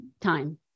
time